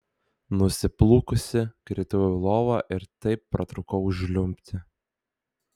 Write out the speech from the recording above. nusiplūkusi kritau į lovą ir taip pratrūkau žliumbti